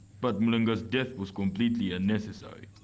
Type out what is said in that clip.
but mulenga's death was completely unnecessary,